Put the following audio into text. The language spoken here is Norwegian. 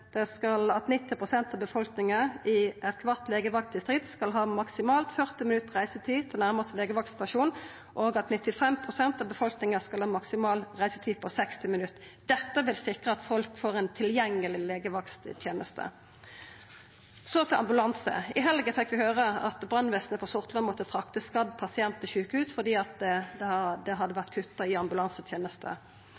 av befolkninga i kvart legevaktdistrikt skal ha maksimalt 40 minutt reisetid til nærmaste legevaktstasjon, og at 95 pst. av befolkninga skal ha maksimal reisetid på 60 minutt. Dette vil sikra at folk får ei tilgjengeleg legevaktteneste. Så til ambulanse: I helga fekk vi høyra at brannvesenet på Sortland måtte frakta ein skadd pasient til sjukehus fordi ein hadde kutta i ambulansetenesta. Det